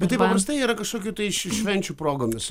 bet tai paprastai yra kažkokių tai š švenčių progomis